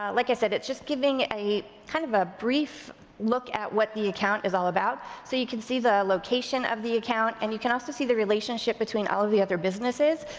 ah like i said, it just giving a kind of a brief look at what the account is all about. so you can see the location of the account and you can also see the relationship between all of the other businesses,